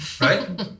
Right